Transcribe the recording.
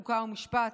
חוק ומשפט.